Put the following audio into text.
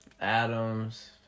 Adams